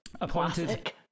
appointed